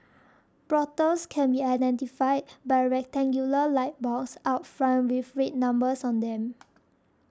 brothels can be identified by a rectangular light box out front with red numbers on them